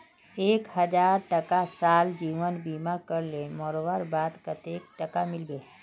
एक हजार टका साल जीवन बीमा करले मोरवार बाद कतेक टका मिलबे?